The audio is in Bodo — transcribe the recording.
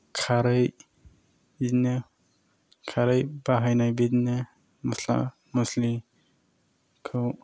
खारै बिदिनो खारै बाहायनाय बिदिनो मसला मसलिखौ